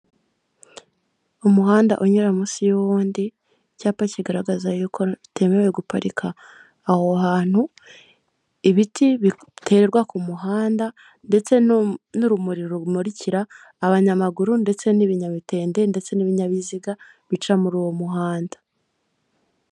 Umuhanda unyura munsi y'uwundi icyapa kigaragaza yuko bitemewe guparika aho hantu ibiti biterwa ku muhanda, ndetse n'urumuri rumurikira abanyamaguru, ndetse n'ibinyamitende, ndetse n'ibinyabiziga bica muri uwo muhanda.